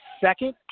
second